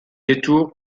détour